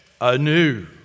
anew